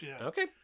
Okay